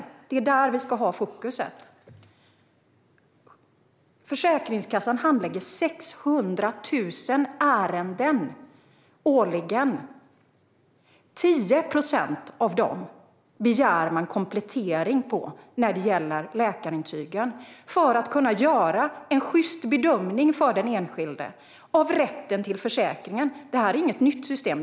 Det är där som vi ska ha fokuset. Försäkringskassan handlägger årligen 600 000 ärenden. I 10 procent av dessa ärenden begär man komplettering när det gäller läkarintygen - detta för att kunna göra en sjyst bedömning av rätten till försäkring för den enskilde. Det här är inget nytt system.